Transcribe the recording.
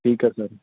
ਠੀਕ ਹੈ ਸਰ